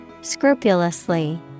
Scrupulously